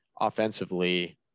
Offensively